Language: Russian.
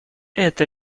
эта